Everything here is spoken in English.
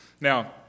Now